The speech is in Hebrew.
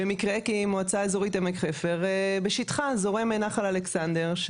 כי המועצה אזורית עמק חפר בשטחה זורם נחל אלכסנדר,